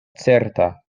certa